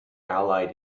allied